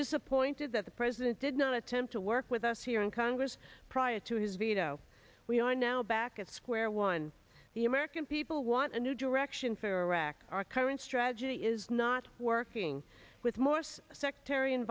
disappointed that the president did not attempt to work with us here in congress prior to his veto we are now back at square one the american people want a new direction for iraq our current strategy is not working with morris sectarian